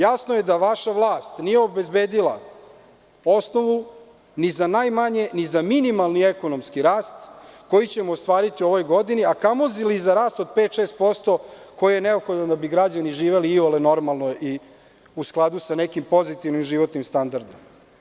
Jasno je da vaša vlast nije obezbedila osnovu ni za najmanje ni za minimalni ekonomski rast, koji ćemo ostvariti u ovoj godini, a kamoli za rast od 5, 6% koji je neophodan da bi građani živeli iole normalno i u skladu sa nekim pozitivnim životnim standardima.